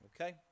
okay